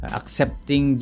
accepting